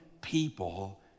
people